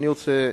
אני רוצה,